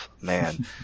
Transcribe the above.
man